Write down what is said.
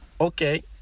okay